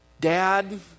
dad